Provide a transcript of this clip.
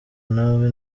nawe